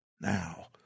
Now